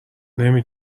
نمی